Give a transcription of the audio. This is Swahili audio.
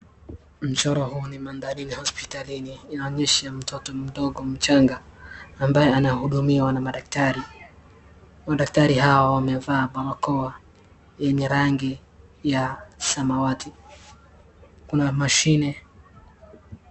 Mchoro huu ni mandhari ya hosiptalini, inaonyesha mtoto mdogo mchanga ambaye anahudumiwa na madaktari. Madaktari hawa wamevaa barakoa yenye rangi ya samawati, kuna mashine,